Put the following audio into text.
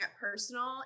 personal